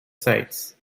sites